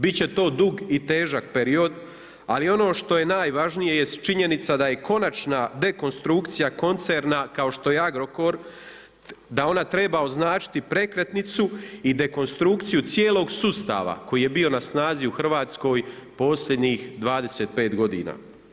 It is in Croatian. Bit će to dug i težak period ali ono što je najvažnije jest činjenica da je konačna dekonstrukcija koncerna kao što je Agrokor da ona treba označiti prekretnicu i dekonstrukciju cijelog sustava koji je bio na snazi u Hrvatskoj posljednjih 25 godina.